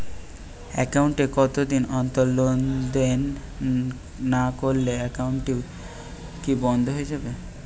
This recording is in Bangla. একাউন্ট এ কতদিন অন্তর লেনদেন না করলে একাউন্টটি কি বন্ধ হয়ে যাবে?